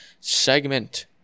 segment